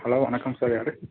hello வணக்கம் sir யாரு